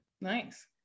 nice